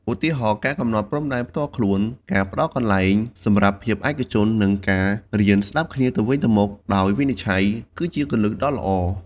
ឧទាហរណ៍ ការកំណត់ព្រំដែនផ្ទាល់ខ្លួន ការផ្តល់កន្លែងសម្រាប់ភាពឯកជន និងការរៀនស្តាប់គ្នាទៅវិញទៅមកដោយវិនិច្ឆ័យ គឺជាគន្លឹះដ៏ល្អ។